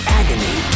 agony